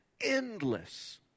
endless